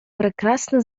прекрасна